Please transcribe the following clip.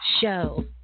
show